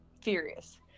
furious